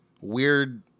weird